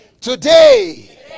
today